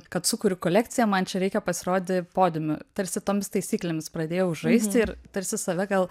kad sukuriu kolekciją man čia reikia pasirodyti podiume tarsi tomis taisyklėmis pradėjau žaisti ir tarsi save gal